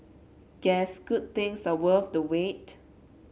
guess good things are worth the wait